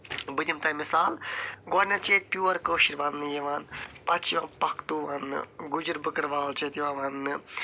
بہٕ دِمہٕ تۄہہِ مِثال گۄڈٕنٮ۪تھ چھُ ییٚتہِ پیٛوٗوَر کٲشُر وننہٕ یوان پتہٕ چھُ یوان پختو وننہٕ گُجر بٔکروال چھُ ییٚتہِ یوان وننہٕ